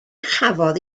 chafodd